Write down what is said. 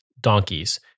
donkeys